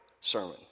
sermon